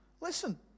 Listen